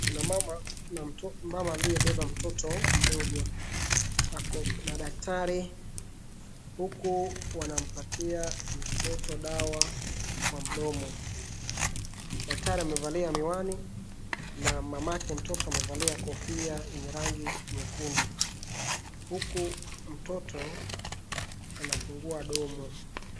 Kuna mama na mtoto, mama aliyebeba mtoto mdogo. Ako na daktari huku wanampatia mtoto dawa kwa mdomo. Daktari amevalia miwani, na mamake mtoto amevalia kofia yenye rangi nyekundu, huku mtoto, anafungua mdomo.